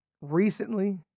recently